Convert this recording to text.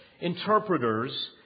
interpreters